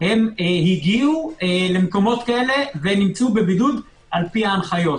- הם הגיעו למקומות כאלה ונמצא בבידוד לפי ההנחיות,